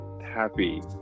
happy